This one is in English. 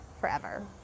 forever